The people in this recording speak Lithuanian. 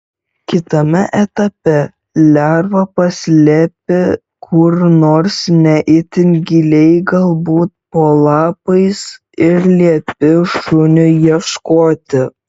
kitame etape lervą paslepi kur nors ne itin giliai galbūt po lapais ir liepi šuniui ieškoti